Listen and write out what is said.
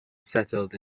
settled